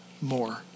more